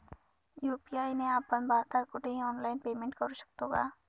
UPI ने आपण भारतात कुठेही ऑनलाईन पेमेंट करु शकतो का?